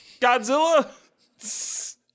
Godzilla